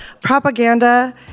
Propaganda